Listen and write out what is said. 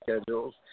schedules